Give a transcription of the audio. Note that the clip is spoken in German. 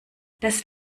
das